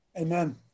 Amen